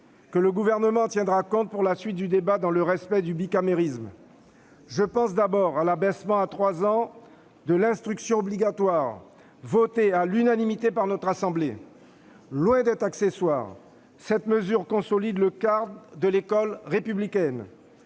que le Gouvernement en tiendra compte pour la suite du débat, dans le respect du bicamérisme. Je pense d'abord à l'abaissement à 3 ans de l'âge de l'instruction obligatoire, votée à l'unanimité par notre Assemblée. Loin d'être accessoire, cette mesure consolide le cadre de l'école républicaine.